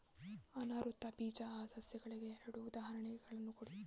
ಅನಾವೃತ ಬೀಜ ಸಸ್ಯಗಳಿಗೆ ಎರಡು ಉದಾಹರಣೆಗಳನ್ನು ಕೊಡಿ